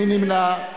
מי נמנע?